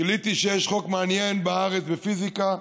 גיליתי שיש חוק מעניין בארץ בפיזיקה,